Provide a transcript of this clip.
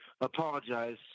apologize